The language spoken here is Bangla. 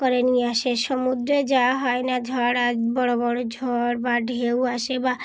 করে নিয়ে আসে সমুদ্রে যাওয়া হয় না ঝড় আর বড়ো বড়ো ঝড় বা ঢেউ আসে বা